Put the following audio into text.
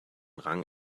rang